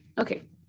okay